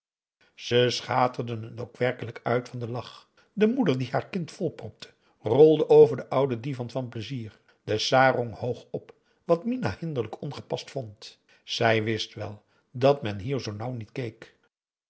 ze schaterden het ook werkelijk uit van den lach de moeder die haar kind volpropte rolde over den ouden divan van pleizier de sarong hoog op wat minah hinderlijk ongepast vond zij wist wel dat men hier zoo nauw niet